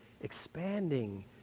expanding